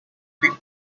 big